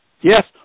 Yes